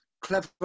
clever